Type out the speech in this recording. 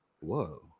Whoa